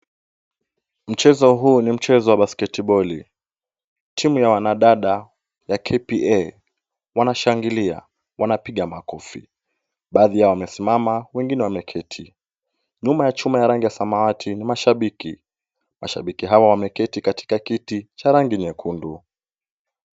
Mchezo huu ni mchezo wa basiketiboli. Timu ya wanadada ya KPA wanashangilia wanapiga makofi. Baadhi yao wamesimama wengine wameketi. Nyuma ya chuma ya rangi ya samawati ni mashabiki. Mashabiki hawa wameketi katika kiti cha rangi nyekundu.